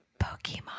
Pokemon